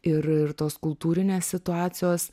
ir ir tos kultūrinės situacijos